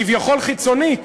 כביכול חיצונית,